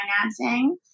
financing